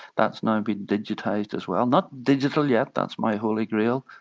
that's now been digitised as well not digital yet, that's my holy grail,